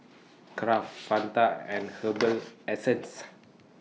Kraft Fanta and Herbal Essences